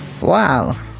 Wow